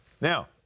Now